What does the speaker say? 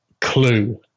clue